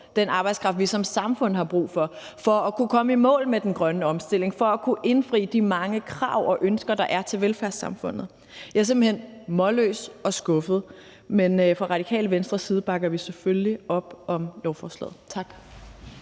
den arbejdskraft, vi som samfund har brug for – for at kunne komme i mål med den grønne omstilling, for at kunne indfri de mange krav og ønsker, der er til velfærdssamfundet. Jeg er simpelt hen målløs og skuffet. Men fra Radikale Venstres side bakker vi selvfølgelig op om lovforslaget. Tak.